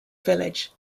village